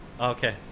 Okay